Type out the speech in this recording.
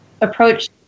approach